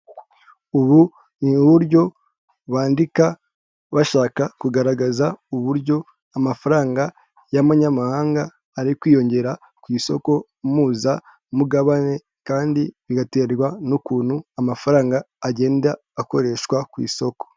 Ubu ni uburyo bandika bashaka kugaragaza uburyo amafaranga y'amanyamahanga ari kwiyongera ku isoko mpuzamugabane kandi bigaterwa n'ukuntu amafaranga agenda akoreshwa ku isoko.